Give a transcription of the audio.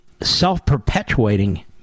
self-perpetuating